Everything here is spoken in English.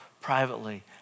privately